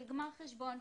של גמר חשבון,